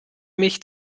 mich